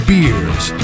Beers